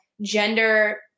gender